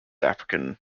african